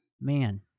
man